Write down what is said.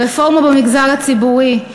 רפורמה במגזר הציבורי,